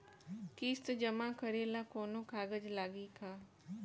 किस्त जमा करे ला कौनो कागज लागी का?